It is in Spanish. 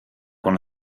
con